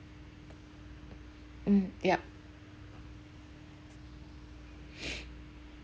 mm ya